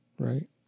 right